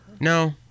No